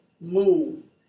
moon